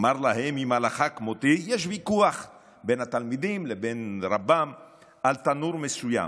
אמר להם: אם הלכה כמותי" יש ויכוח בין התלמידים לבין רבם על תנור מסוים,